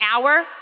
hour